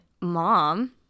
mom